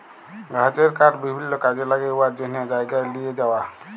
গাহাচের কাঠ বিভিল্ল্য কাজে ল্যাগে উয়ার জ্যনহে জায়গায় লিঁয়ে যাউয়া